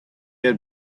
had